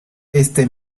este